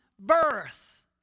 birth